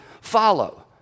follow